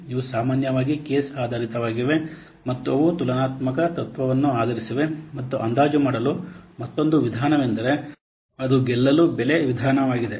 ಇವು ಸಾಮಾನ್ಯವಾಗಿ ಕೇಸ್ ಆಧಾರಿತವಾಗಿವೆ ಮತ್ತು ಅವು ತುಲನಾತ್ಮಕ ತತ್ವವನ್ನು ಆಧರಿಸಿವೆ ಮತ್ತು ಅಂದಾಜು ಮಾಡಲು ಮತ್ತೊಂದು ವಿಧಾನವೆಂದರೆ ಅದು ಗೆಲ್ಲಲು ಬೆಲೆ ವಿಧಾನವಾಗಿದೆ